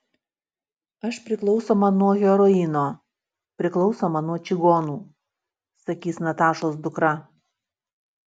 aš priklausoma nuo heroino priklausoma nuo čigonų sakys natašos dukra